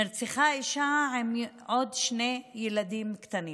נרצחה אישה עם עוד שני ילדים קטנים.